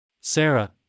Sarah